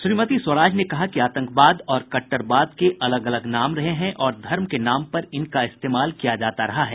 श्रीमती स्वराज ने कहा कि आतंकवाद और कह्टरवाद के अलग अलग नाम रहे हैं और धर्म के नाम पर इनका इस्तेमाल किया जाता रहा है